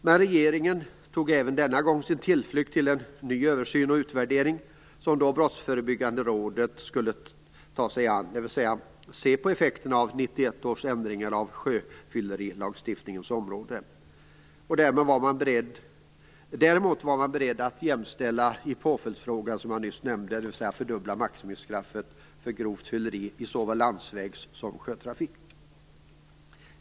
Men regeringen tog även denna gång sin tillflykt till en ny översyn och utvärdering, som Brottsförebyggande rådet fick ta sig an. De skulle se på effekterna av 1991 års ändringar på sjöfyllerilagstiftningens område. Däremot var man beredd att jämställa i påföljdsfrågan som jag nyss nämnde, dvs. fördubbla maximistraffet för grovt fylleri i såväl landsvägs som sjötrafik.